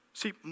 See